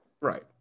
Right